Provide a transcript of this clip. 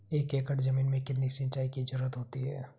एक एकड़ ज़मीन में कितनी सिंचाई की ज़रुरत होती है?